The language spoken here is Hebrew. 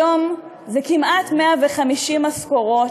היום זה כמעט 150 משכורות